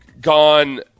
gone